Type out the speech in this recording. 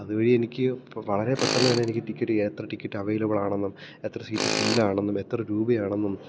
അത് വഴിയെനിക്ക് ഇപ്പോൾ വളരെ പെട്ടെന്ന് തന്നെ എനിക്ക് ടിക്കറ്റ് യാത്രാടിക്കറ്റ് അവൈലബിൾ ആണെന്നും എത്ര സീറ്റ് ഫില്ല് ആണെന്നും എത്ര രൂപയാണെന്നും